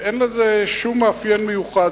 אין לזה שום מאפיין מיוחד,